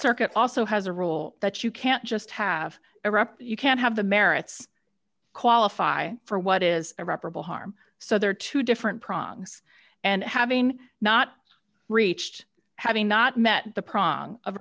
circuit also has a role that you can't just have a rep you can't have the merits qualify for what is irreparable harm so there are two different products and having not reached having not met the pronk of